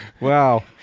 Wow